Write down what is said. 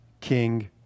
King